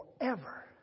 forever